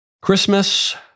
Christmas